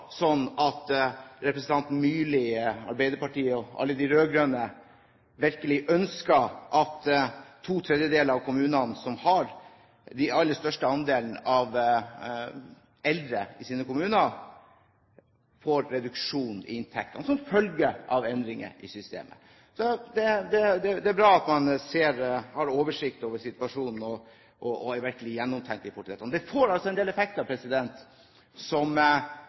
sånn at representanten Myrli, Arbeiderpartiet og alle de rød-grønne virkelig ønsker at ⅔ av kommunene som har størst andel av eldre i sine kommuner, får reduksjon i inntektene som følge av endringer i systemet. Så det er bra at man har oversikt over situasjonen og virkelig har tenkt igjennom dette. Det får en del effekter som man etter hvert ser konsekvensene av, og som